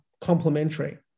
complementary